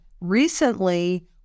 recently